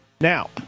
Now